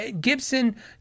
Gibson